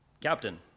Captain